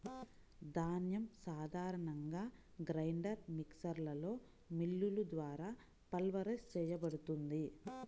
ధాన్యం సాధారణంగా గ్రైండర్ మిక్సర్లో మిల్లులు ద్వారా పల్వరైజ్ చేయబడుతుంది